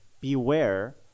beware